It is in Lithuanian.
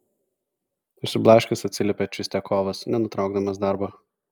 išsiblaškęs atsiliepė čistiakovas nenutraukdamas darbo